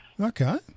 Okay